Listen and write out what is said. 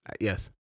yes